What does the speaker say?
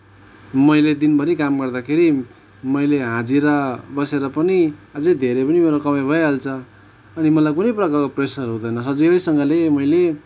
मैले दिनभरि काम गर्दाखेरि मैले हाजिरा बसेर पनि अझै धेरै पनि मेरो कमाइ भइहाल्छ अनि मलाई कुनै प्रकारको प्रेसर हुँदैन सजिलैसँगले मैले